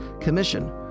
commission